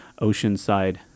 oceanside